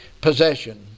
possession